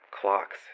Clocks